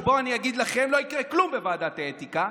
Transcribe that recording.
ובואו אני אגיד לכם: לא יקרה כלום בוועדת האתיקה.